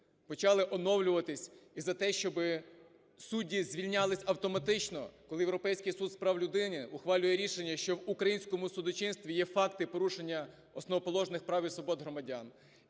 почали оновлюватись, і за те, щоб судді звільнялись автоматично, коли Європейський суд з прав людини ухвалює рішення, що в українському судочинстві є факти порушення основоположних прав і свобод громадян.